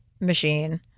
machine